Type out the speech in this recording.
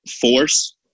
force